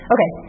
Okay